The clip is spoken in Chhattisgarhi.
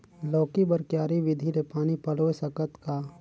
लौकी बर क्यारी विधि ले पानी पलोय सकत का?